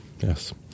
Yes